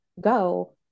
go